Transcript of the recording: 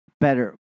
better